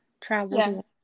Travel